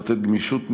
לתת גמישות ניהולית,